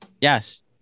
Yes